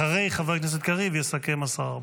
אחרי חבר הכנסת קריב יסכם השר ארבל.